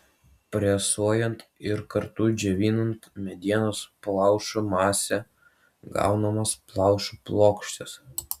presuojant ir kartu džiovinant medienos plaušų masę gaunamos plaušų plokštės